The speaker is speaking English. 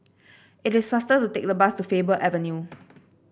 it is faster to take the bus to Faber Avenue